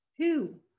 Two